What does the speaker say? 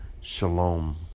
Shalom